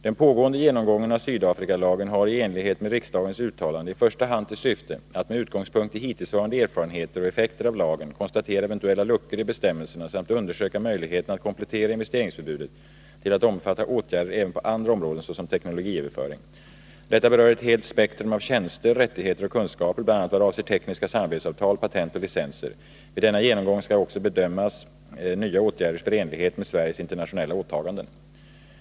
Den pågående genomgången av Sydafrikalagen har i enlighet med riksdagens uttalande i första hand till syfte att med utgångspunkt i hittillsvarande erfarenheter och effekter av lagen konstatera eventuella luckor i bestämmelserna samt undersöka möjligheterna att komplettera investeringsförbudet till att omfatta åtgärder även på andra områden, såsom teknologiöverföring. Detta berör ett helt spektrum av tjänster, rättigheter och kunskaper, bl.a. i vad avser tekniska samarbetsavtal, patent och licenser. Vid denna genomgång skall också bedömas nya åtgärders förenlighet med Sveriges internationella åtaganden.